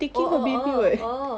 oh oh oh oh